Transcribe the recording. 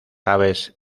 aves